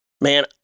man